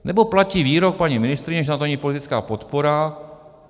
Nebo platí výrok paní ministryně, že na to není politická podpora.